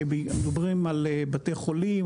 מדברים על בתי חולים,